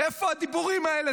איפה הדיבורים האלה?